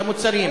את המוצרים,